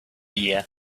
year